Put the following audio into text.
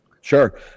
Sure